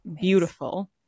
Beautiful